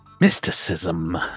mysticism